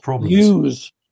use